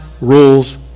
rules